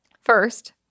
First